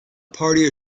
party